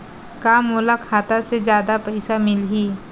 का मोला खाता से जादा पईसा मिलही?